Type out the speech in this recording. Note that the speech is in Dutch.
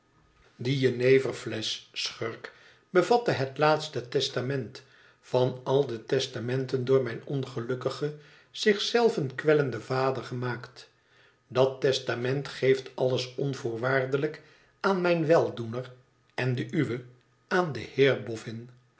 die jeneverflesch schurk bevatte het laatste testament van al de testamenten door mijn ongelukkigen zich zelven kwellenden vader gemaakt dat testament geeft alles onvoorwaardelijk aan mijn weldoener en den uwen aan den heer